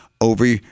over